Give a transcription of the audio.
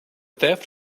theft